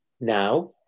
now